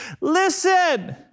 listen